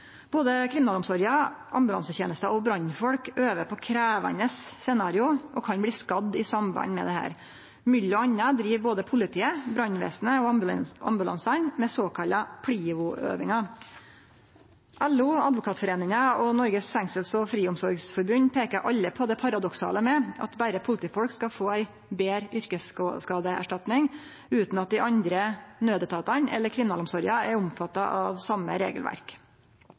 Både kriminalomsorga, ambulansetenesta og brannfolk øver på krevjande scenario og kan bli skadde i samband med dette. Mellom anna driv både politiet, brannvesenet og ambulansane med såkalla PLIVO-øvingar. LO, Advokatforeningen og Norges Fengsels- og Friomsorgsforbund peikar alle på det paradoksale med at berre politifolk skal få ei betre yrkesskadeerstatning, utan at dei andre naudetatane eller kriminalomsorga er omfatta av same regelverk.